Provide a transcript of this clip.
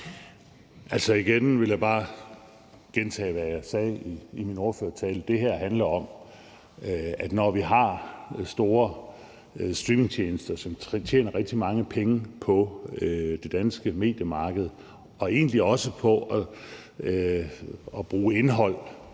Jensen (S): Jeg vil gentage, hvad jeg sagde i min ordførertale. Det her handler om, at når vi har store streamingtjenester, som tjener rigtig mange penge på det danske mediemarked og egentlig også på at bruge indhold